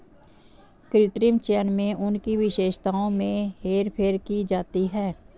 कृत्रिम चयन में उनकी विशेषताओं में हेरफेर की जाती है